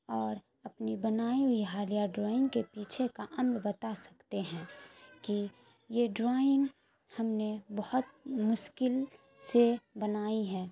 اور اپنی بنائی ہوئی حالہ ڈرائنگ کے پیچھے کا انگ بتا سکتے ہیں کہ یہ ڈرائنگ ہم نے بہت مشکل سے بنائی ہے